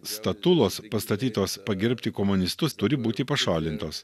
statulos pastatytos pagerbti komunistus turi būti pašalintos